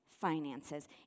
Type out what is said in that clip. Finances